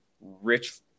Rich